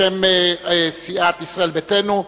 בשם סיעת ישראל ביתנו.